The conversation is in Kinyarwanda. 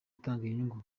duhindura